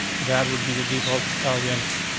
that would be the default value anyway.